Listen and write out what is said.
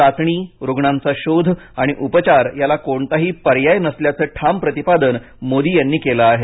चाचणी रुग्णांचा शोध आणि उपचार याला कोणताही पर्याय नसल्याचं ठाम प्रतिपादन मोदी यांनी केलं आहे